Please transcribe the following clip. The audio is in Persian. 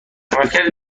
عملکرد